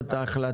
1 נגד,